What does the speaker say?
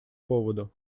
поводу